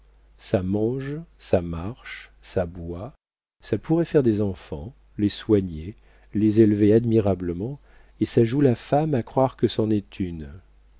ça mange ça marche ça boit ça pourra faire des enfants les soigner les élever admirablement et ça joue la femme à croire que c'en est une